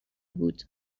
بود